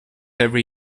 every